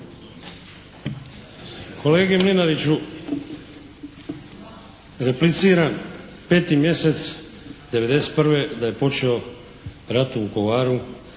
Kolegi Mlinariću repliciram 5. mjesec '91. da je počeo rat u Vukovaru